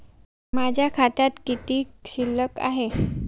माझ्या खात्यात सध्या किती शिल्लक आहे?